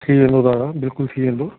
थी वेंदो दादा बिल्कुलु थी वेंदो